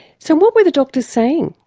so what were the doctors saying?